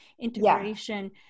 integration